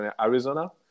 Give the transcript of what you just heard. Arizona